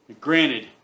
Granted